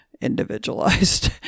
individualized